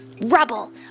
Rubble